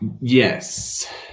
yes